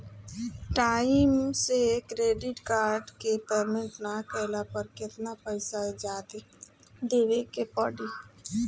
Time से credit card के payment ना कैला पर केतना पईसा जादे देवे के पड़ी?